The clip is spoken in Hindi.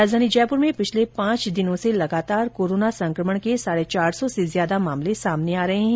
राजधानी जयपुर में पिछले पांच दिनों से लगातार कोरोना संक्रमण के साढे चार सौ से ज्यादा मामले सामने आ रहे हैं